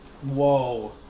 Whoa